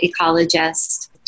ecologist